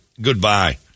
goodbye